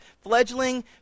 fledgling